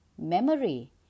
memory